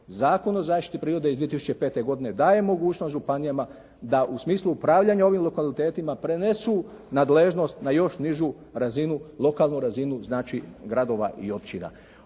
Zakon o zaštiti prirode iz 2005. godine daje mogućnost županijama da u smislu upravljanja ovim lokalitetima prenesu nadležnost na još nižu razinu, lokalnu razinu znači gradova i općina.